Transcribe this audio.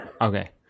Okay